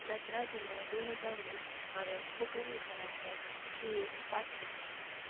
सतरा जुलाय दोन हजार वीस हांवें कोंकणी विशयांतल्यान बीए पास केल्ली